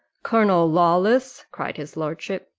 colonel lawless, cried his lordship,